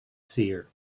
seer